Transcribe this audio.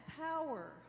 power